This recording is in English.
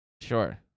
Sure